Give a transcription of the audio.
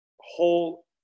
whole